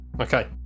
Okay